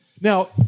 Now